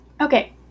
Okay